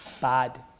bad